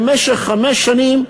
במשך חמש שנים,